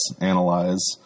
analyze